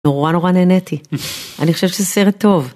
נורא נורא נהניתי, אני חושבת שזה סרט טוב.